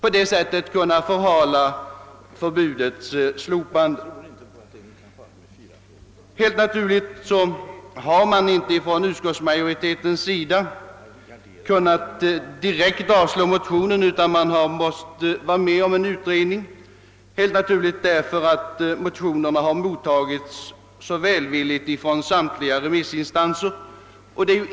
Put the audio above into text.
Utskottets majoritet har helt naturligt inte kunnat direkt avfärda motionerna, eftersom de har mottagits mycket välvilligt av samtliga remissinstanser.